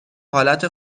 حالت